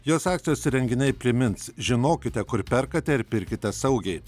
jos akcijos ir renginiai primins žinokite kur perkate ir pirkite saugiai